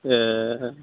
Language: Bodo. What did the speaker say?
एह